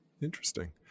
Interesting